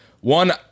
One